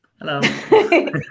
Hello